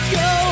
go